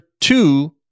two